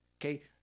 okay